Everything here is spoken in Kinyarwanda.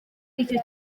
icyo